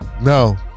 No